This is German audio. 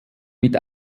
mit